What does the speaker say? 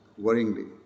worryingly